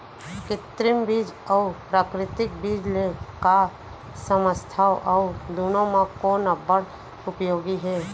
कृत्रिम बीज अऊ प्राकृतिक बीज ले का समझथो अऊ दुनो म कोन अब्बड़ उपयोगी हे?